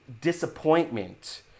disappointment